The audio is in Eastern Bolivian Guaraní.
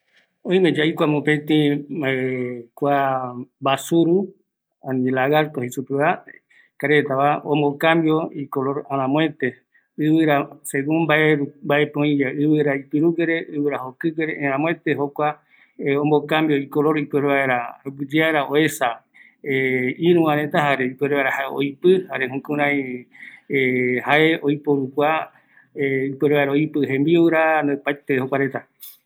Oime kua mbasuru ombo cambio icolor, oñeemi vaera japisagui, kua je camaleon, oikatu ombojanga ɨviɨa pire, jukuraï ökätirö vaera jembiare